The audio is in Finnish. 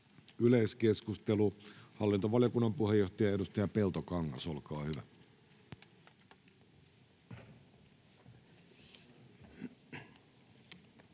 Yleiskeskustelu. Hallintovaliokunnan puheenjohtaja, edustaja Peltokangas, olkaa hyvä.